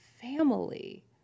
family